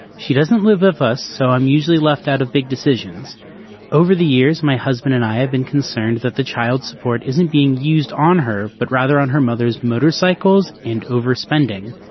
she doesn't live of us so i'm usually left out of big decisions over the years my husband and i have been concerned that the child support isn't being used on her but rather on her mother's motorcycles and overspending.